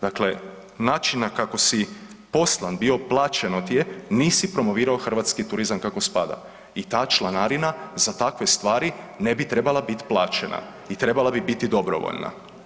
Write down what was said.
Dakle, način na kako si poslan bio, plaćeno ti je, nisi promovirao hrvatski turizam kako spada i ta članarina za takve stvari ne bi trebala bit plaćena i trebala bi biti dobrovoljna.